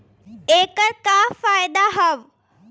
ऐकर का फायदा हव?